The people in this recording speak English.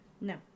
No